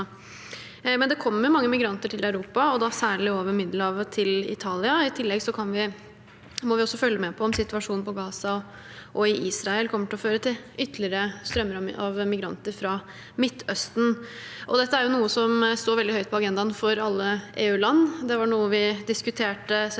Men det kommer mange migranter til Europa, og da særlig over Middelhavet til Italia. I tillegg må vi følge med på om situasjonen på Gaza og i Israel kommer til å føre til ytterligere strømmer av migranter fra Midtøsten. Dette er noe som står veldig høyt på agendaen for alle EU-land. Det var noe vi diskuterte senest